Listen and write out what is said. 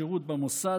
שירות במוסד,